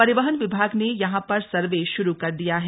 परिवहन विभाग ने यहां पर सर्वे श्रू कर दिया है